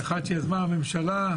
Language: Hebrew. אחת שיזמה הממשלה,